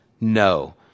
No